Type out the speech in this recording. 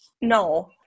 No